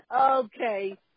Okay